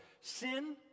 sin